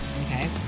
Okay